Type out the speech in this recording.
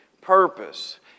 purpose